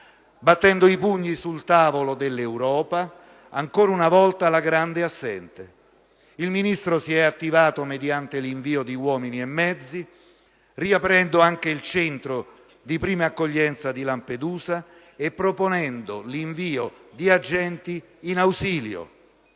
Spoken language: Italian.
battendo i pugni sul tavolo dell'Europa, che è ancora una volta la grande assente. Il Ministro si è attivato mediante l'invio di uomini e mezzi, riaprendo anche il centro di prima accoglienza di Lampedusa e proponendo l'invio di agenti in ausilio.